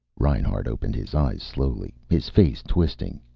reinhart opened his eyes slowly, his face twisting.